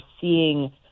seeing